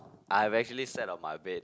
I've actually sat of my bed